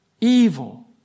evil